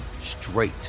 straight